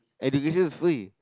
education is free